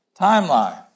timeline